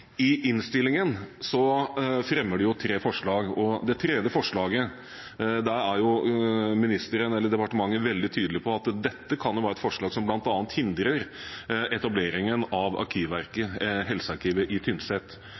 i innstillingen fremmer de jo tre forslag, og når det gjelder det tredje forslaget, er departementet veldig tydelig på at dette kan være et forslag som bl.a. hindrer etableringen av helsearkivet i Tynset.